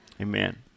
amen